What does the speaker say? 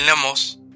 Lemos